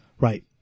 Right